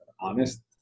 honest